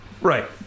Right